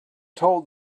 told